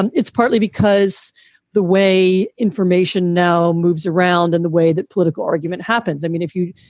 and it's partly because the way information now moves around and the way that political argument happens. i mean, if you